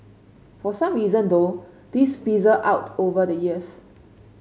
for some reason though this fizzled out over the years